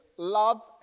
Love